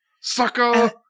sucker